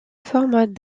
forme